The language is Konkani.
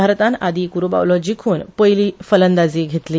बारतान आदी क्रु बावलो जिखून पयली फलंदाजी घेतील्ली